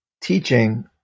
teaching